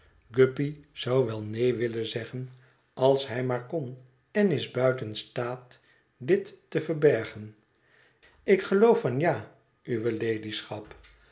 guppy zou wel neen willen zeggen als hij maar kon en is buiten staat dit te verbergen ik geloof van ja uwe